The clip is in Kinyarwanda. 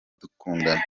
dukundana